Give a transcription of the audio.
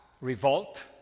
revolt